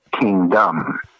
kingdom